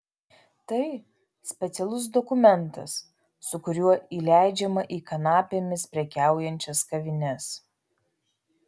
tai specialus dokumentas su kuriuo įleidžiama į kanapėmis prekiaujančias kavines